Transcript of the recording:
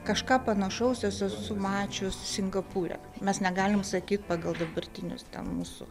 kažką panašaus aš esu mačius singapūre mes negalim sakyt pagal dabartinius mūsų